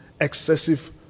excessive